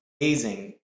amazing